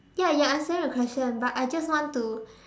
ya I understand the question but I just want to